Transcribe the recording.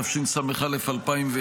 התשס"א 2001,